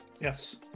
Yes